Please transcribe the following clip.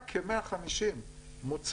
רק כ-150 מוצרים,